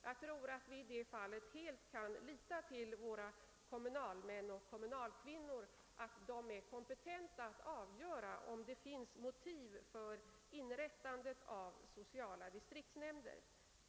Jag tror att vi kan lita på att våra kommunalmän och kommunalkvinnor är kompetenta att avgöra om det finns motiv för att inrätta sociala distriktsnämnder.